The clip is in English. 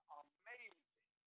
amazing